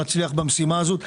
שנצליח במשימה זאת.